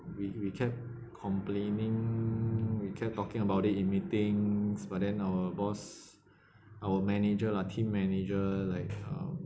we we kept complaining we kept talking about it in meetings but then our boss our manager lah team manager like uh